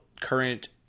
current